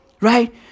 right